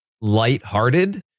lighthearted